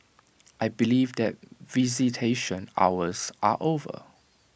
I believe that visitation hours are over